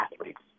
athletes